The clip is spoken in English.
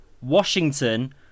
Washington